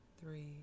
three